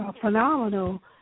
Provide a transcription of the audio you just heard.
phenomenal